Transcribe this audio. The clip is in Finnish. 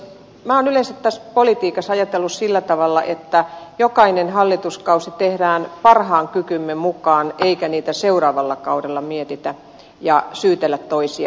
minä olen yleensä tässä politiikassa ajatellut sillä tavalla että jokaisen hallituskauden teemme parhaan kykymme mukaan eikä niitä seuraavalla kaudella mietitä ja syytellä toisia